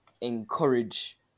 encourage